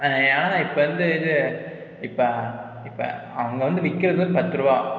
அதனால் இப்போ வந்து இது இப்போ இப்போ அவங்க வந்து விற்கிறது பத்துருபா